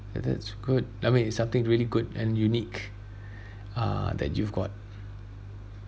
that that's good I mean it's something really good and unique uh that you've got